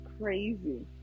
crazy